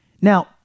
Now